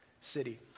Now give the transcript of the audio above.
city